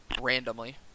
randomly